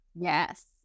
yes